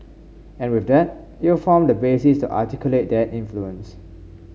and with that it'll form the basis to articulate that influence